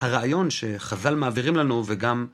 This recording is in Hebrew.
הרעיון שחז"ל מעבירים לנו וגם